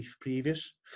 previous